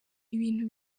ibintu